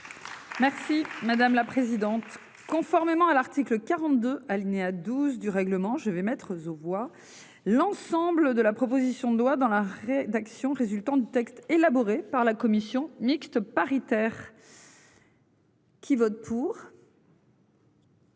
Merci madame la présidente. Conformément à l'article 42 alinéa 12 du règlement, je vais mettre aux voix l'ensemble de la proposition de loi dans la rédaction résultant du texte élaboré par la commission mixte paritaire. Qui vote pour.